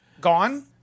gone